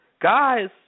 Guys